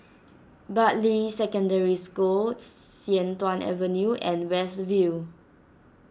Bartley Secondary School Sian Tuan Avenue and West View